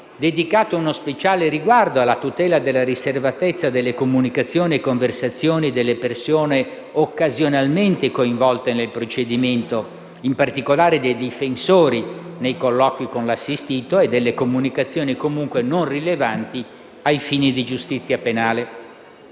dedicato uno speciale riguardo alla tutela della riservatezza delle comunicazioni e conversazioni delle persone occasionalmente coinvolte nel procedimento, in particolare dei difensori nei colloqui con l'assistito, e delle comunicazioni comunque non rilevanti a fini di giustizia penale.